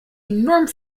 enorm